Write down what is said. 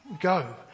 go